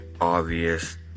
obvious